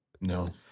No